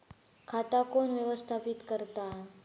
खाता कोण व्यवस्थापित करता?